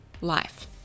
life